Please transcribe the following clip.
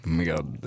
med